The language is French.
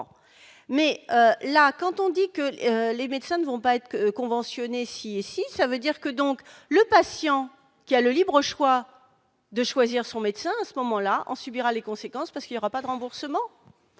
mais là, quand on dit que les médecins ne vont pas être conventionnés si, si, ça veut dire que donc le patient qui a le libre choix de choisir son médecin, à ce moment-là en subira les conséquences parce qu'il y aura pas de remboursement